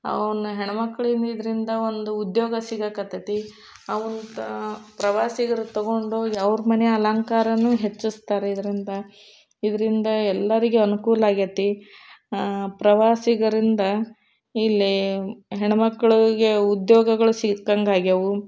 ಅವನ್ನ ಹೆಣ್ಣುಮಕ್ಳು ಇದರಿಂದ ಒಂದು ಉದ್ಯೋಗ ಸಿಗಕ್ಕತ್ತೈತಿ ಅವನ್ ತ ಪ್ರವಾಸಿಗರು ತೊಗೊಂಡೋಗಿ ಅವ್ರ ಮನೆ ಅಲಂಕಾರವೂ ಹೆಚ್ಚಿಸ್ತಾರೆ ಇದರಿಂದ ಇದರಿಂದ ಎಲ್ಲರಿಗೆ ಅನುಕೂಲ ಆಗ್ಯೈತಿ ಪ್ರವಾಸಿಗರಿಂದ ಇಲ್ಲಿ ಹೆಣ್ಮಕ್ಳಿಗೆ ಉದ್ಯೋಗಗಳು ಸಿಕ್ಕಂಗಾಗ್ಯವೆ